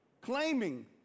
Claiming